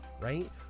right